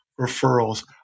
referrals